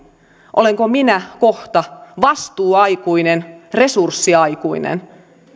olenko minä kohta vastuuaikuinen resurssiaikuinen